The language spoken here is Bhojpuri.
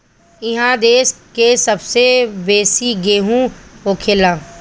इहा देश के सबसे बेसी गेहूं होखेला